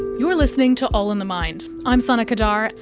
you're listening to all in the mind, i'm sana qadar,